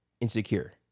insecure